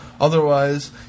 Otherwise